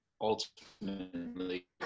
ultimately